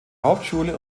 hauptschule